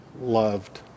loved